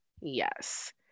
Yes